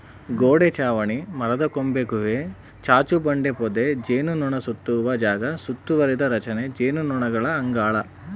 ಗೋಡೆ ಚಾವಣಿ ಮರದಕೊಂಬೆ ಗುಹೆ ಚಾಚುಬಂಡೆ ಪೊದೆ ಜೇನುನೊಣಸುತ್ತುವ ಜಾಗ ಸುತ್ತುವರಿದ ರಚನೆ ಜೇನುನೊಣಗಳ ಅಂಗಳ